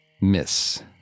Miss